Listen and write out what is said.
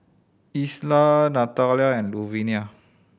Isla Natalia and Luvinia